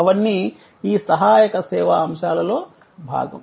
అవన్నీ ఈ సహాయక సేవా అంశాలలో భాగం